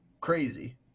crazy